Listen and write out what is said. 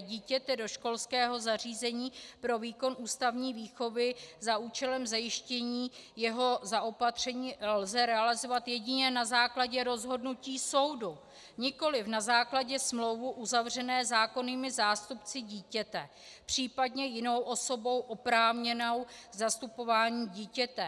dítěte do školského zařízení pro výkon ústavní výchovy za účelem zajištění jeho zaopatření lze realizovat jedině na základě rozhodnutí soudu, nikoliv na základě smlouvy uzavřené zákonnými zástupci dítěte, případně jinou osobou oprávněnou k zastupování dítěte.